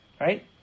right